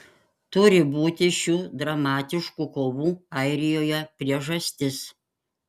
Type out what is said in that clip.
turi būti šių dramatiškų kovų airijoje priežastis